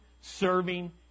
serving